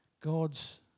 God's